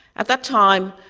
at that time,